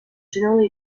generally